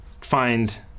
find